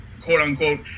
quote-unquote